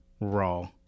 raw